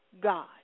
God